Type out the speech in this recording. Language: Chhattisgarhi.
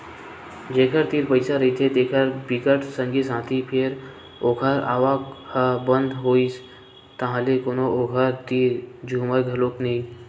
जेखर तीर पइसा रहिथे तेखर बिकट संगी साथी फेर ओखर आवक ह बंद होइस ताहले कोनो ओखर तीर झुमय घलोक नइ